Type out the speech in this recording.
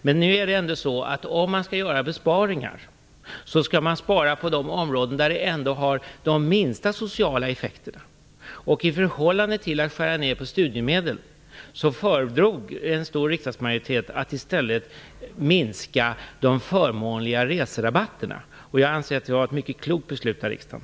Men nu är det ändå så, att om man skall göra besparingar, skall man spara på de områden där det ändå har de minsta sociala effekterna. I förhållande till att skära ner på studiemedel föredrog en stor riksdagsmajoritet att i stället minska de förmånliga reserabatterna. Jag anser att det var ett mycket klokt beslut av riksdagen.